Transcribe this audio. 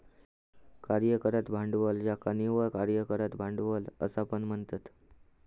कार्यरत भांडवल ज्याका निव्वळ कार्यरत भांडवल असा पण म्हणतत